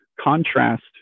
contrast